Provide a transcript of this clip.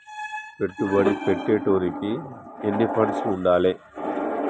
పెట్టుబడి పెట్టేటోనికి ఎన్ని ఫండ్స్ ఉండాలే?